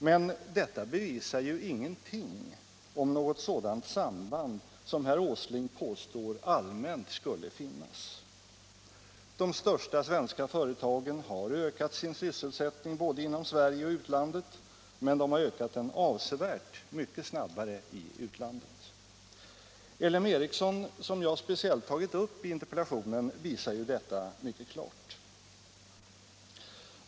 Men detta bevisar ju ingenting om något allmänt samband som herr Åsling påstår skulle finnas. De största svenska företagen har ökat sin sysselsättning både i Sverige och i utlandet, men de har ökat den avsevärt mycket snabbare i utlandet. LM Ericsson, som jag speciellt tagit upp - Nr 56 i interpellationen, visar ju NE BIYEESE klart.